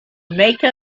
make